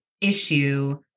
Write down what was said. issue